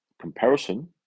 comparison